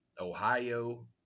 Ohio